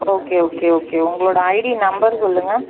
okay okay okay உங்களோட ID number சொல்லுங்கள்